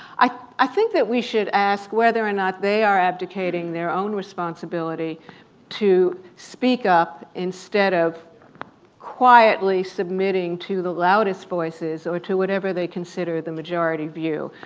i think that we should ask whether or not they are abdicating their own responsibility to speak up, instead of quietly submitting to the loudest voices or to whatever they consider the majority view.